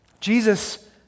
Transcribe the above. Jesus